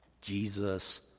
Jesus